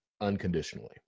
unconditionally